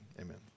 Amen